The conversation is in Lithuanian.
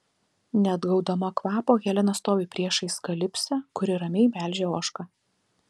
neatgaudama kvapo helena stovi priešais kalipsę kuri ramiai melžia ožką